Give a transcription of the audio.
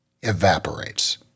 evaporates